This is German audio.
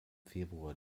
februar